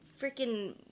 freaking